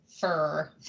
fur